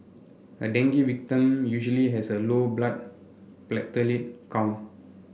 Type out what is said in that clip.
a dengue victim usually has a low blood platelet count